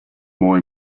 more